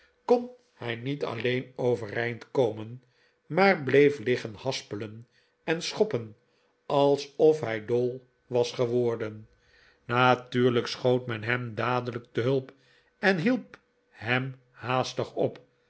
kon hij niet alleen overeind komen maar bleef liggen haspelen en schoppen alsof hij dol was geworden natuurlijk schoot men hem dadelijk te hulp en hielp hem haastig op